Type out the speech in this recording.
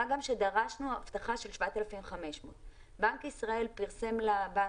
מה גם שדרשנו הבטחה של 7,500. בנק ישראל פרסם לבנקים,